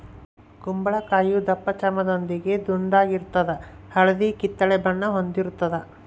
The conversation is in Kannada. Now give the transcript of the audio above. ಕುಂಬಳಕಾಯಿಯು ದಪ್ಪಚರ್ಮದೊಂದಿಗೆ ದುಂಡಾಗಿರ್ತದ ಹಳದಿ ಕಿತ್ತಳೆ ಬಣ್ಣ ಹೊಂದಿರುತದ